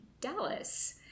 Dallas